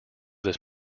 this